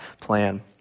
plan